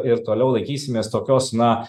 ir toliau laikysimės tokios na